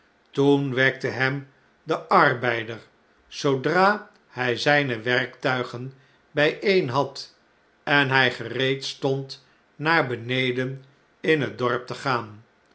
toen wekte hem de arbeider zoodra hfj zjjne werktuigen bijeen had en hij gereed stond naar beneden in het dorp te gaan